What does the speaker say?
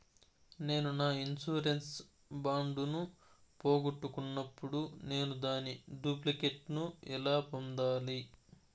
నేను నా insurance bond ను పోగొట్టుకున్నప్పుడు నేను దాని డూప్లికేట్ ను ఎలా పొందాలి?